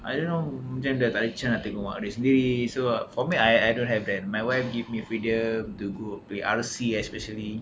I don't know mungkin dia takde can nak tengok adik sendiri for me I I don't have that my wife give me freedom to go play R_C especially